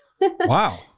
Wow